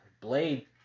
Blade